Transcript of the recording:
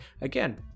again